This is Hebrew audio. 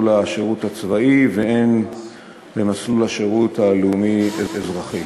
השירות הצבאי והן במסלול השירות הלאומי-אזרחי.